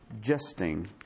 jesting